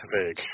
vague